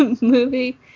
movie